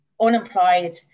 unemployed